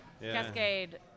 Cascade